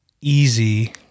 easy